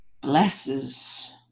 blesses